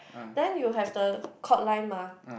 then you have the court line mah